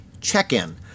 check-in